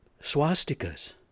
swastikas